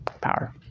power